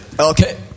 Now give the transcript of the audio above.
Okay